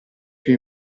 più